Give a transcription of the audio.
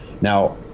Now